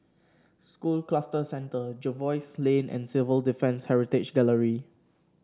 School Cluster Centre Jervois Lane and Civil Defence Heritage Gallery